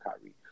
Kyrie